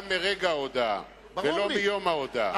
גם מרגע ההודעה ולא מיום ההודעה.